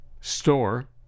store